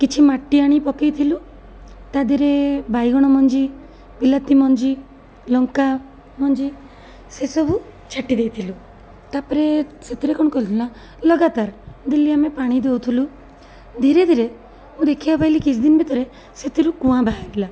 କିଛି ମାଟି ଆଣି ପକେଇଥିଲୁ ତା'ଦେହେରେ ବାଇଗଣ ମଞ୍ଜି ବିଲାତି ମଞ୍ଜି ଲଙ୍କାମଞ୍ଜି ସେସବୁ ଛାଟି ଦେଇଥିଲୁ ତା'ପରେ ସେଥିରେ କ'ଣ କଲି ନା ଲଗାତାର ଡେଲି ଆମେ ପାଣି ଦେଉଥିଲୁ ଧୀରେ ଧୀରେ ମୁଁ ଦେଖିବାକୁ ପାଇଲି କିଛି ଦିନ ଭିତରେ ସେଥିରୁ କୁଆଁ ବାହାରିଲା